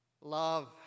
Love